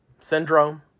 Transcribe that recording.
syndrome